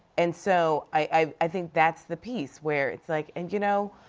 and so i think that's the piece where it's like, and you know,